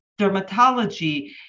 dermatology